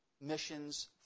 missions